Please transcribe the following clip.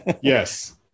yes